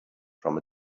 from